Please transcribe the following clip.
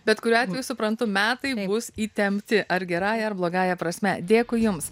bet kuriuo atveju suprantu metai bus įtempti ar gerąja ar blogąja prasme dėkui jums